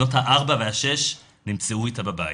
בנות הארבע והשש נמצאו איתה בבית.